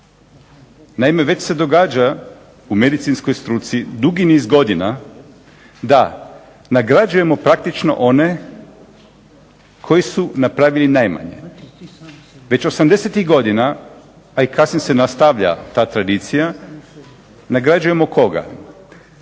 Naime, već se događa u medicinskoj struci dugi niz godina da nagrađujemo praktično one koji su napravili najmanje. Već '80-ih godina pa i kasnije se nastavlja ta tradicija nagrađujemo koga?